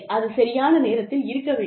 அது சரியான நேரத்தில் இருக்க வேண்டும்